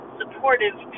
supportive